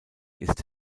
ist